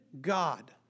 God